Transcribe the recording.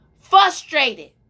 frustrated